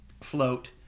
float